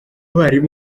barimu